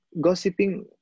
gossiping